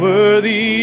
Worthy